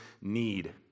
need